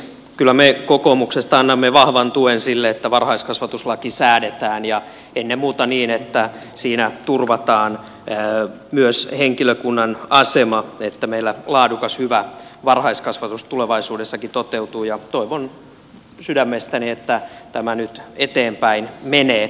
kyllä me kokoomuksesta annamme vahvan tuen sille että varhaiskasvatuslaki säädetään ja ennen muuta niin että siinä turvataan myös henkilökunnan asema että meillä laadukas hyvä varhaiskasvatus tulevaisuudessakin toteutuu ja toivon sydämestäni että tämä nyt eteenpäin menee